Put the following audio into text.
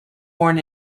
born